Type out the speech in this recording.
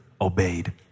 obeyed